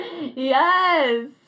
Yes